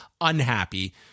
unhappy